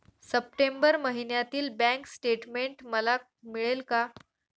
September महिन्यातील bank statement मला मिळेल का?